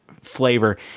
flavor